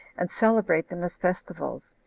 and celebrate them as festivals,